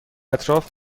اطراف